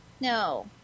no